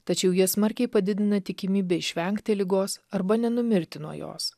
tačiau jie smarkiai padidina tikimybę išvengti ligos arba nenumirti nuo jos